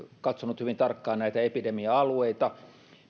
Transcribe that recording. katsonut hyvin tarkkaan näitä epidemia alueita